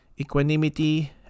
equanimity